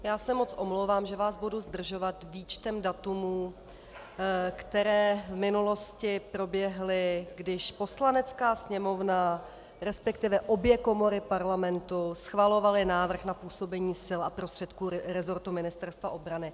Já se moc omlouvám, že vás budu zdržovat výčtem dat, která v minulosti proběhla, když Poslanecká sněmovna, respektive obě komory Parlamentu schvalovaly návrh na působení sil a prostředků rezortu Ministerstva obrany.